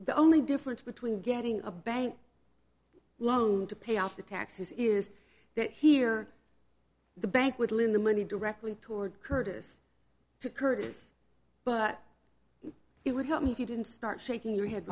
the only difference between getting a bank loan to pay off the taxes is it here the bank would lean the money directly toward curtis curtis but it would help me if you didn't start shaking your head